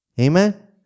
Amen